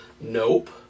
Nope